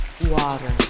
water